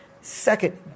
Second